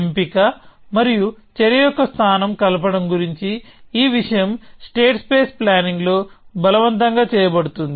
ఎంపిక మరియు చర్య యొక్క స్థానం కలపడం గురించి ఈ విషయం స్టేట్ స్పేస్ ప్లానింగ్లో బలవంతంగా చేయబడుతుంది